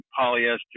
polyester